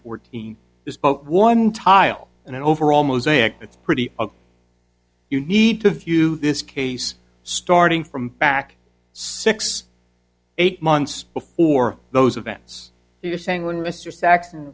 fourteen is but one tile in an overall mosaic that's pretty you need to view this case starting from back six eight months before those events so you're saying when mr saxton